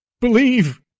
Believe